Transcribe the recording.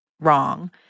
wrong